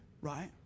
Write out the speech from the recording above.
right